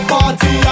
Party